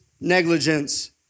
negligence